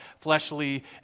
fleshly